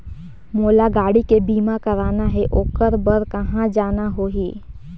मोला गाड़ी के बीमा कराना हे ओकर बार कहा जाना होही?